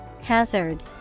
Hazard